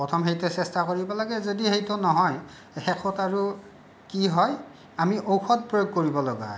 প্ৰথম সেইদৰে চেষ্টা কৰিব লাগে যদি সেইটো নহয় শেষত আৰু কি হয় আমি ঔষধ প্ৰয়োগ কৰিবলগীয়া হয়